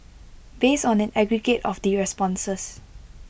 based on an aggregate of the responses